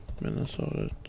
Minnesota